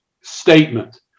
statement